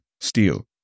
steel